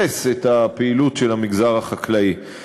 איסור הפליה מחמת מקום מגורים),